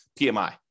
PMI